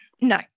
No